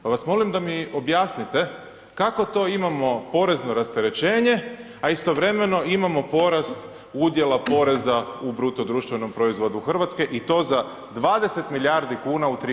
Pa vas molim da mi objasnite kako to imamo porezno rasterećenje, a istovremeno imamo porast udjela poreza u BDP-u Hrvatske i to za 20 milijardi kuna u 3 godine.